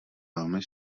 velmi